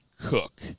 cook